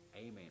Amen